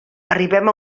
arribem